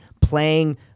playing